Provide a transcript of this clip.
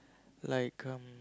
like um